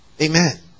Amen